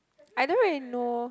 I don't really know